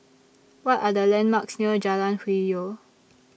What Are The landmarks near Jalan Hwi Yoh